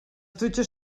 dutxes